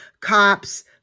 Cops